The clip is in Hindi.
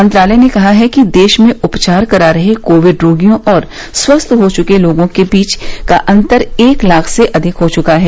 मंत्रालय ने कहा है कि देश में उपचार करा रहे कोविड रोगियों और स्वस्थ हो चुके लोगों के बीच का अंतर एक लाख से अधिक हो चुका है